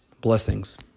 Blessings